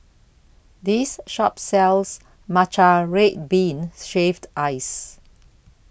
This Shop sells Matcha Red Bean Shaved Ice